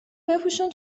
بپوشون